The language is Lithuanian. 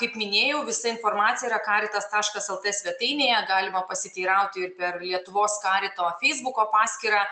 kaip minėjau visa informacija yra kartas taškas lt svetainėje galima pasiteirauti ir per lietuvos karito feisbuko paskyrą